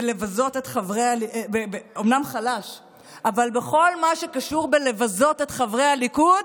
אבל בכל מה שקשור בלבזות את חברי הליכוד,